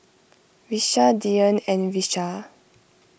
Vishal Dhyan and Vishal